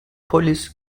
polis